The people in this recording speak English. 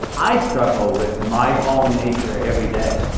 i struggle with my fallen nature every day.